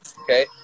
Okay